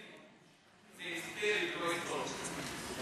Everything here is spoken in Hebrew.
זה היסטרי, לא היסטורי.